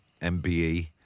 MBE